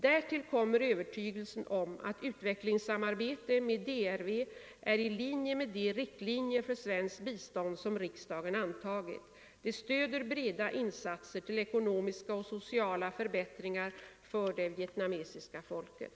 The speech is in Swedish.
Därtill kommer övertygelsen om att utvecklingssamarbete med DRV är i linje med de riktlinjer för svenskt bistånd som riksdagen antagit. Det stöder breda insatser till ekonomiska och sociala förbättringar för det vietnamesiska folket.